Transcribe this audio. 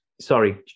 sorry